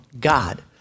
God